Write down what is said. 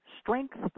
strength